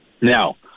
now